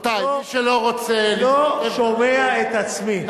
שלא רוצה, לא שומע את עצמי.